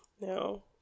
No